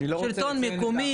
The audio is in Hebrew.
שלטון מקומי.